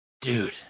dude